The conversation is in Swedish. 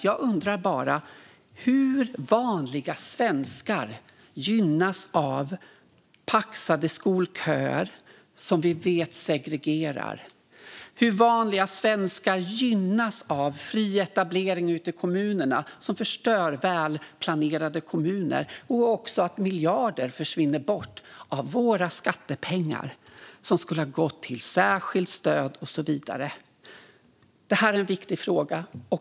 Jag undrar hur vanliga svenskar gynnas av paxade skolköer, som vi vet segregerar. Hur gynnas vanliga svenskar av fri etablering ute i kommunerna, vilket förstör välplanerade kommuner, och av att miljarder av våra skattepengar, som skulle ha gått till särskilt stöd och så vidare, försvinner bort? Det här är en viktig fråga.